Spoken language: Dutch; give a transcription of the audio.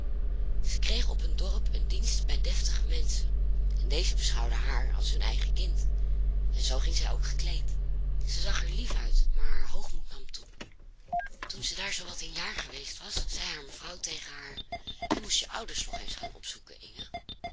zij kreeg op een dorp een dienst bij deftige menschen en deze beschouwden haar als hun eigen kind en zoo ging zij ook gekleed zij zag er lief uit maar haar hoogmoed nam toe toen zij daar zoo wat een jaar geweest was zei haar mevrouw tegen haar je moest je ouders toch eens gaan opzoeken inge